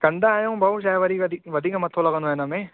कंदा आहियूं भाउ छाहे वरी वरी वधीक मथो लॻंदो आहे हिन में